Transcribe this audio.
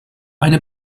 eine